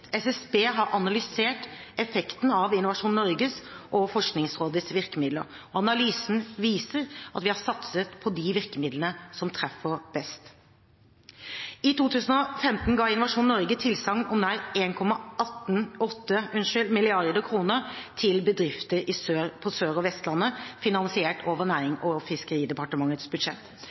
SSB har analysert effekten av Innovasjon Norges og Forskningsrådets virkemidler. Analysen viser at vi har satset på de virkemidlene som treffer best. I 2015 ga Innovasjon Norge tilsagn om nær 1,8 mrd. kr til bedrifter på Sør- og Vestlandet, finansiert over Nærings- og fiskeridepartementets budsjett.